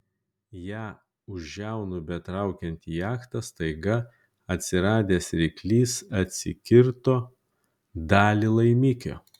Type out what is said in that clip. ją už žiaunų betraukiant į jachtą staiga atsiradęs ryklys atsikirto dalį laimikio